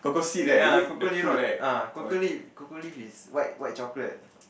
that ah cocoa leaf not ah cocoa leaf cocoa leaf is white white chocolate